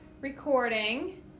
recording